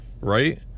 right